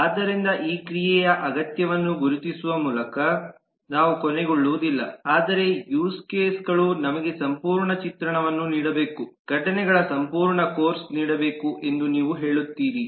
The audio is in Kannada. ಆದ್ದರಿಂದ ಈ ಕ್ರಿಯೆಯ ಅಗತ್ಯವನ್ನು ಗುರುತಿಸುವ ಮೂಲಕ ನಾವು ಕೊನೆಗೊಳ್ಳುವುದಿಲ್ಲ ಆದರೆ ಯೂಸ್ ಕೇಸ್ಗಳು ನಮಗೆ ಸಂಪೂರ್ಣ ಚಿತ್ರಣವನ್ನು ನೀಡಬೇಕು ಘಟನೆಗಳ ಸಂಪೂರ್ಣ ಕೋರ್ಸ್ ನೀಡಬೇಕು ಎಂದು ನೀವು ಹೇಳುತ್ತೀರಿ